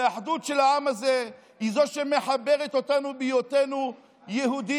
האחדות של העם הזה היא שמחברת אותנו בהיותנו יהודים,